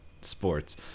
sports